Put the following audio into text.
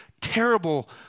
terrible